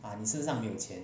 啊你是面前